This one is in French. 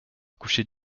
coucher